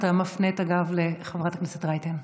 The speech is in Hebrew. אתה מפנה את הגב לחברת הכנסת רייטן,